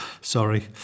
sorry